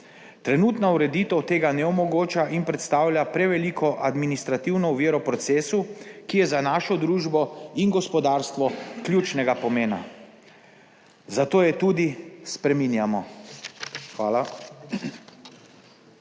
Trenutna ureditev tega ne omogoča in predstavlja preveliko administrativno oviro v procesu, ki je za našo družbo in gospodarstvo ključnega pomena, zato jo tudi spreminjamo. Hvala.